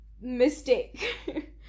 mistake